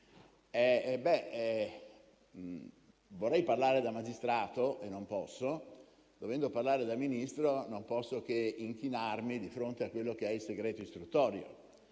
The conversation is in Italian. vorrei parlare da magistrato e non posso. Dovendo parlare da Ministro, non posso che inchinarmi di fronte a quello che è il segreto istruttorio.